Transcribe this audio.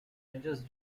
edges